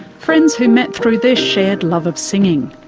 friends who met through their shared love of singing.